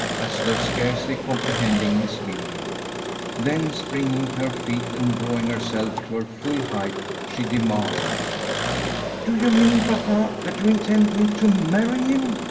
as though scarcely comprehending his meaning then, springing to her feet and drawing herself to her full height, she demanded do you mean, papa, that you intend me to marry him?